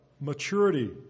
maturity